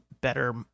better